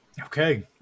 Okay